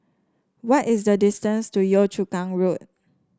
what is the distance to Yio Chu Kang Road